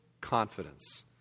confidence